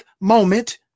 moment